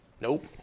Nope